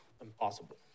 impossible